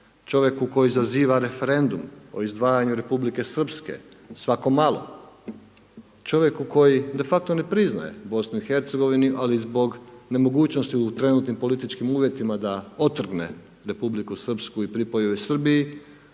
čovjek koji zaziva referendum o izdvajanju Republike Srpske, svako malo, čovjeku, koji de facto ne priznaje BIH, ali zbog nemogućnosti u trenutnim političkim uvjetima, da otrgne Republiku Srpsku i pripoji ju Srbiji,